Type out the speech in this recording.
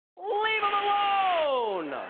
leave him alone!